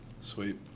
Sweet